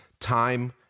time